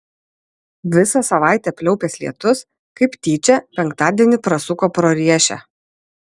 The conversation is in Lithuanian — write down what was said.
visą savaitę pliaupęs lietus kaip tyčia penktadienį prasuko pro riešę